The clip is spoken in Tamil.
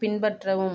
பின்பற்றவும்